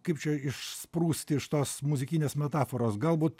kaip čia išsprūsti iš tos muzikinės metaforos galbūt